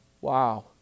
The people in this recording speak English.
Wow